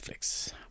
Netflix